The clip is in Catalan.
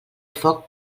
foc